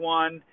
one